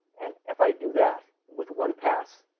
and if i do that with one pass,